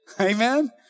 Amen